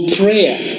prayer